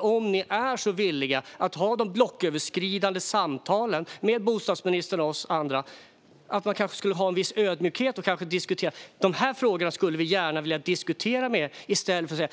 Om ni är så villiga att ha de blocköverskridande samtalen med bostadsministern och oss andra skulle ni kanske ha en viss ödmjukhet och säga: De här frågorna skulle vi gärna vilja diskutera med er. Så skulle ni kunna göra i stället